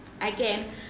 Again